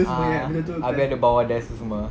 a'ah abeh ada bawah desk tu semua